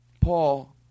Paul